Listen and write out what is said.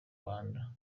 myanda